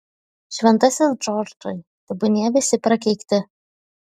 šventasis džordžai tebūnie visi prakeikti